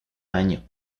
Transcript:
año